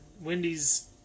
Wendy's